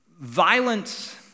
Violence